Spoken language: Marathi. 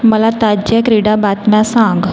मला ताज्या क्रीडा बातम्या सांग